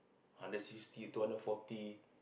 hundred sixty two hundred fourty